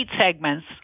segments